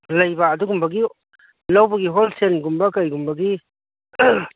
ꯂꯩꯕ ꯑꯗꯨꯒꯨꯝꯕꯒꯤ ꯂꯧꯕꯒꯤ ꯍꯣꯜꯁꯦꯜꯒꯨꯝꯕ ꯀꯩꯒꯨꯝꯕꯒꯤ